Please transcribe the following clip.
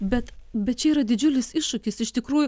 bet bet čia yra didžiulis iššūkis iš tikrųjų